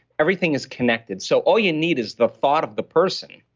everything is connected, so all you need is the thought of the person,